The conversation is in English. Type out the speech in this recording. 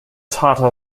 tata